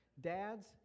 dads